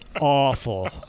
awful